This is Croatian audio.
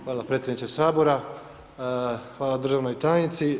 Hvala predsjedniče Sabora, hvala državnoj tajnici.